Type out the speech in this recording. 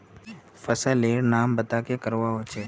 फसल लेर नाम बता की करवा होचे?